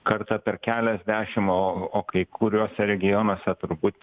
kartą per keliasdešim o o kai kuriuose regionuose turbūt